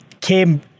came